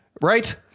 Right